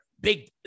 big